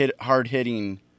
hard-hitting